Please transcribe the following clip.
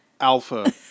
alpha